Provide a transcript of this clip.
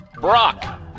Brock